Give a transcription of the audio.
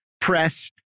press